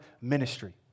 ministry